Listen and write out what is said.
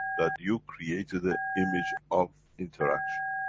that you created a image of interaction.